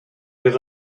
his